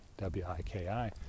W-I-K-I